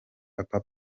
papa